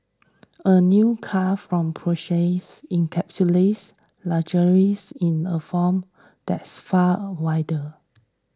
a new car from Porsche encapsulates luxuries in a form that's far wilder